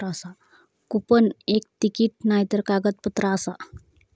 coupon एक तिकीट नायतर कागदपत्र आसा